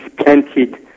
planted